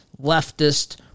leftist